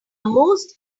most